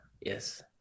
yes